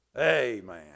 Amen